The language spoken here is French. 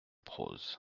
prose